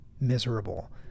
miserable